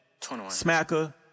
Smacker